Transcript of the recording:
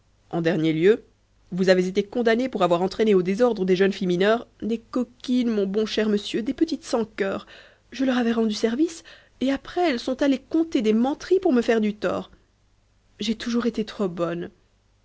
en dernier lieu vous avez été condamnée pour avoir entraîné au désordre des jeunes filles mineures des coquines mon bon cher monsieur des petites sans cœur je leur avais rendu service et après elles sont allées conter des menteries pour me faire du tort j'ai toujours été trop bonne